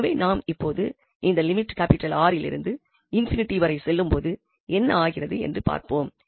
எனவே நாம் இப்பொழுது இந்த லிமிட் 𝑅லிருந்து ∞ வரை செல்லும் போது என்ன ஆகிறது என்றும் பார்ப்போம்